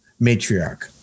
matriarch